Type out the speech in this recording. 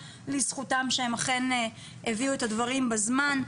לזכותם שהם אכן כן הביאו את הדברים בזמן.